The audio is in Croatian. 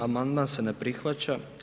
Amandman se ne prihvaća.